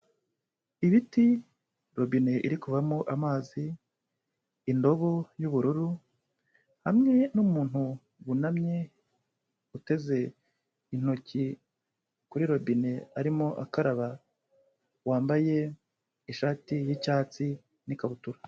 Ibiti, robine iri kuvamo amazi, indobo y'ubururu hamwe n'umuntu wunamye uteze intoki kuri robine arimo akaraba wambaye ishati y'icyatsi n'ikabutura.